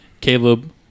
Caleb